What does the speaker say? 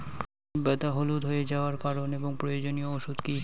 সিম পাতা হলুদ হয়ে যাওয়ার কারণ এবং প্রয়োজনীয় ওষুধ কি?